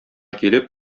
килеп